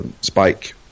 spike